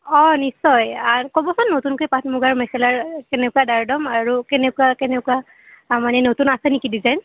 অঁ নিশ্চয় আৰু ক'বচোন নতুনকৈ পাটমুগাৰ মেখেলাৰ কেনেকুৱা দাৰ দাম আৰু কেনেকুৱা কেনেকুৱা তাৰমানে নতুন আছে নেকি ডিজাইন